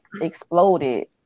exploded